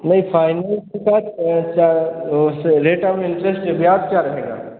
नहीं फ़ाइनल तो सर क्या उस रेट ऑफ़ इन्ट्रस्ट ब्याज क्या रहेगा